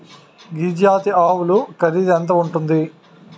గిరి జాతి ఆవులు ఖరీదు ఎంత ఉంటుంది?